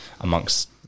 amongst